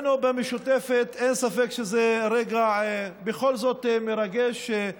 עבורנו במשותפת אין ספק שזה רגע מרגש בכל זאת,